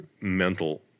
mental